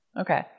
Okay